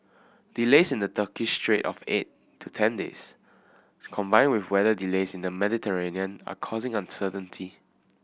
delays in the Turkish strait of eight to ten days combined with weather delays in the Mediterranean are causing uncertainty